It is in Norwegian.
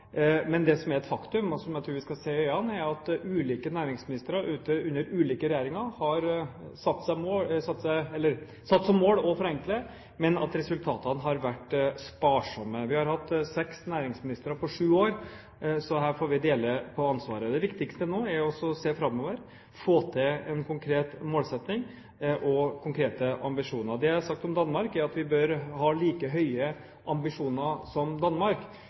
Men det som er et faktum, og som jeg tror vi skal se i øynene, er at ulike næringsministre under ulike regjeringer har satt som mål å forenkle, men resultatene har vært sparsomme. Vi har hatt seks næringsministre på syv år, så her får vi dele på ansvaret. Det viktigste nå er å se framover, få til en konkret målsetting og ha konkrete ambisjoner. Det jeg har sagt om Danmark, er at vi bør ha like høye ambisjoner som danskene, men heller ikke i Danmark